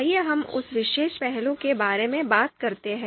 आइए हम उस विशेष पहलू के बारे में बात करते हैं